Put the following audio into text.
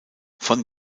von